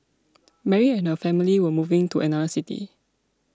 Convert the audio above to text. Mary and her family were moving to another city